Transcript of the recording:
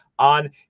on